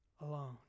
alone